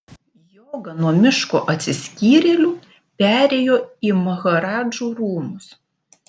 joga nuo miško atsiskyrėlių perėjo į maharadžų rūmus